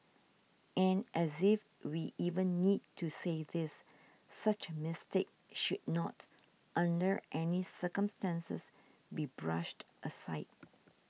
and as if we even need to say this such a mistake should not under any circumstances be brushed aside